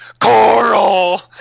coral